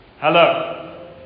hello